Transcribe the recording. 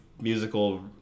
musical